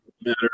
matter